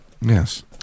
Yes